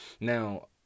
Now